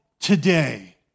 today